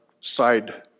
side